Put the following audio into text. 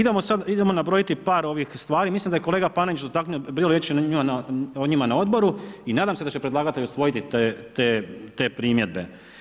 Idemo sad, idemo nabrojiti par ovih stvari, mislim da je kolega Panenić dotaknuo, bilo je riječi o njima na odboru i nadam se da će predlagatelj usvojiti te primjedbe.